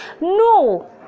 no